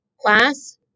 class